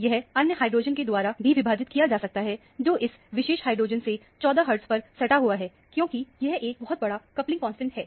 यह अन्य हाइड्रोजन के द्वारा भी विभाजित किया जाता है जो इस विशेष हाइड्रोजन से 14 हर्टज पर सटा हुआ है क्योंकि यह एक बहुत बड़ा कपलिंग कांस्टेंट है